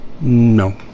No